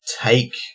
take